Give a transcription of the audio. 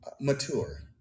mature